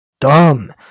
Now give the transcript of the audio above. dumb